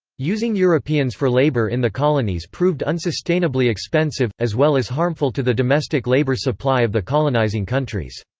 using europeans for labor in the colonies proved unsustainably expensive, as well as harmful to the domestic labor supply of the colonizing countries.